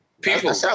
people